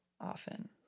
often